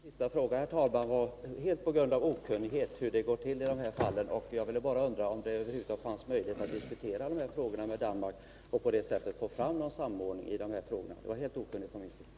Herr talman! Jag ställde den sista frågan helt på grund av min okunnighet om hur det går till i sådana här fall. Jag bara undrade om det över huvud taget är möjligt att diskutera de här frågorna med Danmark och på så sätt få till stånd en samordning. Det var alltså okunnighet från min sida.